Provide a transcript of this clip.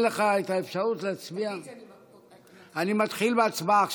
מתחיל בהצבעה עכשיו.